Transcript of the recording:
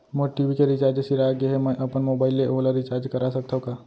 मोर TV के recharge सिरा गे हे, मैं अपन मोबाइल ले ओला रिचार्ज करा सकथव का?